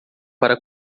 para